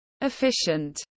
efficient